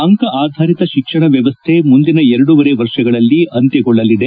ಅಂಕ ಆಧಾರಿತ ಶಿಕ್ಷಣ ವ್ಯವಸ್ಥೆ ಮುಂದಿನ ಎರಡೂವರೆ ವರ್ಷಗಳಲ್ಲಿ ಅಂತ್ಯಗೊಳ್ಳಲಿದೆ